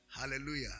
Hallelujah